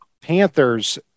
panthers